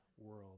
world